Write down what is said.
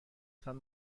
تان